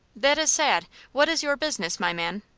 that is sad. what is your business, my man?